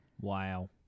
Wow